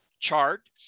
chart